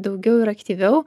daugiau ir aktyviau